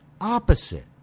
opposite